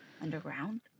underground